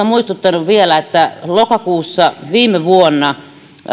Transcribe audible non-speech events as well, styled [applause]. [unintelligible] muistuttanut vielä että lokakuussa viime vuonna